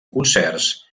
concerts